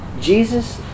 Jesus